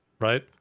right